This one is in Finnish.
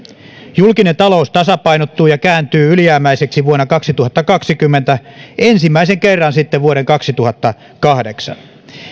julkinen talous tasapainottuu ja kääntyy ylijäämäiseksi vuonna kaksituhattakaksikymmentä ensimmäisen kerran sitten vuoden kaksituhattakahdeksan